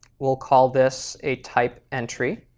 we'll call this a type entry,